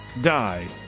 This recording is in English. die